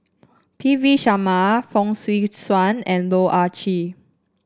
P V Sharma Fong Swee Suan and Loh Ah Chee